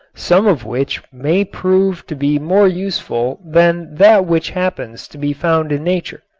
some of which may prove to be more useful than that which happens to be found in nature.